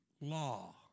law